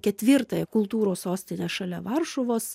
ketvirtąją kultūros sostinę šalia varšuvos